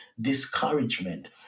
discouragement